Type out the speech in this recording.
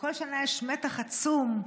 וכל שנה יש מתח עצום,